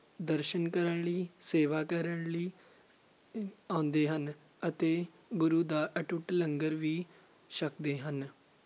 ਦਰਸ਼ਨ ਕਰਨ ਲਈ ਸੇਵਾ ਕਰਨ ਲਈ ਆਉਂਦੇ ਹਨ ਅਤੇ ਗੁਰੂ ਦਾ ਅਟੁੱਟ ਲੰਗਰ ਵੀ ਛਕਦੇ ਹਨ